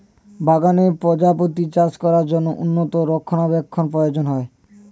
বাগানে প্রজাপতি চাষ করার জন্য উন্নত রক্ষণাবেক্ষণের প্রয়োজন হয়